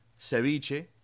ceviche